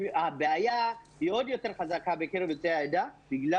הבעיה היא עוד יותר קשה בקרב יוצאי העדה בגלל